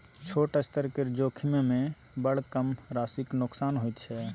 छोट स्तर केर जोखिममे बड़ कम राशिक नोकसान होइत छै